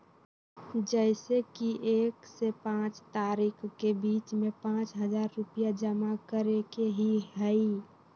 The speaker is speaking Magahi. जैसे कि एक से पाँच तारीक के बीज में पाँच हजार रुपया जमा करेके ही हैई?